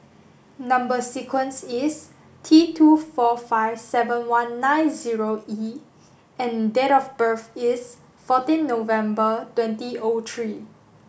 number sequence is T two four five seven one nine zero E and date of birth is fourteenth November twenty O three